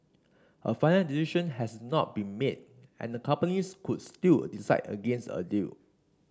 a final decision has not been made and the companies could still decide against a deal